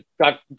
got